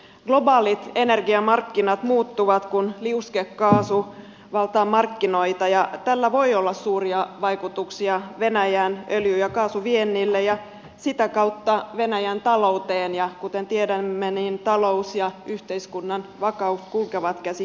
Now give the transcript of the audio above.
globaalit energiamarkkinat muuttuvat kun liuskekaasu valtaa markkinoita ja tällä voi olla suuria vaikutuksia venäjän öljy ja kaasuviennille ja sitä kautta venäjän talouteen ja kuten tiedämme niin talous ja yhteiskunnan vakaus kulkevat käsi kädessä